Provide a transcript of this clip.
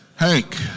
Hank